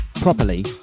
properly